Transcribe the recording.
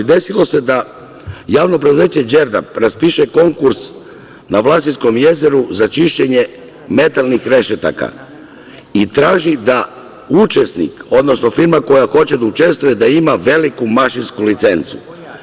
Desilo se da Javno preduzeće „Đerdap“ raspiše konkurs na Vlasinskom jezeru za čišćenje metalnih rešetaka i traži da učesnik, odnosno firma koja hoće da učestvuje, ima veliku mašinsku licencu.